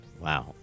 Wow